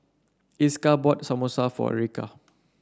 Esker bought Samosa for Erica